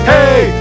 Hey